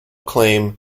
claim